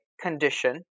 condition